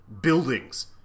buildings